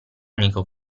amico